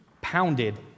pounded